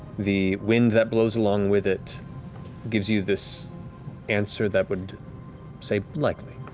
the wind that blows along with it gives you this answer that would say likely.